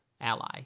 ally